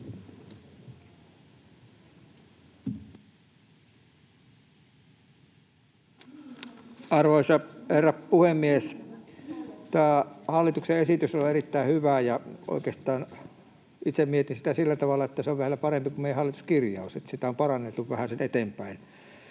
Arvoisa herra puhemies! Hallituksen esitys on erittäin hyvä, ja oikeastaan itse mietin sitä sillä tavalla, että se on vielä parempi kuin meidän hallituskirjauksemme, että sitä on paranneltu vähän siitä eteenpäin.